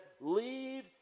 Leave